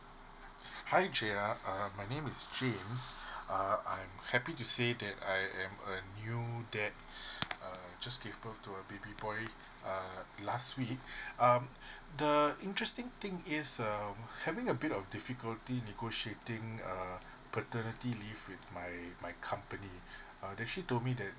hi jeya err my name is james uh I'm happy to say that I am a new dad err just give birth to a baby boy uh last week um the interesting thing is um having a bit of difficulty tnegotiating uh paternity leave with my my company uh they actually told me that